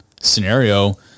scenario